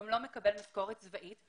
והוא לא מקבל משכורת צבאית.